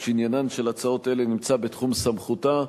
שעניינן של הצעות אלה נמצא בתחום סמכותה.